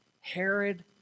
Herod